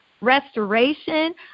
restoration